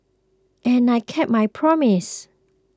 and I kept my promise